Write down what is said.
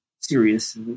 serious